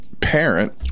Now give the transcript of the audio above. parent